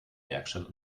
werkstatt